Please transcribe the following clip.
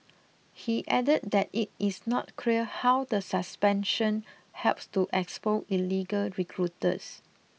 he added that it is not clear how the suspension helps to expose illegal recruiters